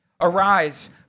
Arise